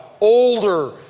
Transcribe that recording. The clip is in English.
Older